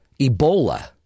ebola